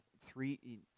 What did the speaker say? three